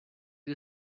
you